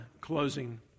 closing